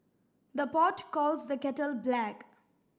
the pot calls the kettle black